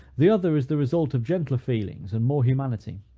the other is the result of gentler feelings, and more humanity.